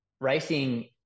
racing